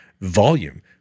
volume